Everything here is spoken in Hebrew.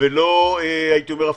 והייתי אומר,